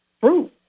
fruit